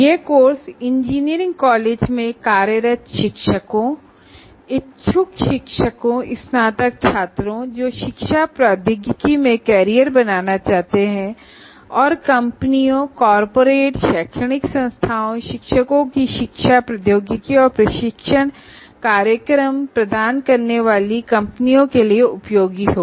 यह course engineering कॉलेजों में कार्यरत शिक्षकों तथा उन स्नातक छात्रों के लिए उपयोगी होगाजो शिक्षा प्रौद्योगिकी में करियर बनाना चाहते हैं साथ ही कॉर्पोरेट्स तथा शैक्षणिक संस्थानों के शिक्षकों को शिक्षा प्रौद्योगिकी और प्रशिक्षण कार्यक्रम प्रदान करने वाली कंपनियों के लिए भी उपयोगी है